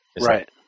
Right